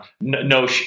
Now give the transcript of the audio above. no